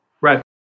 right